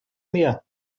mehr